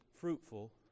fruitful